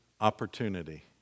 opportunity